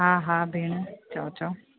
हा हा भेण चओ चओ